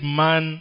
man